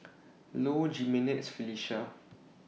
Low Jimenez Felicia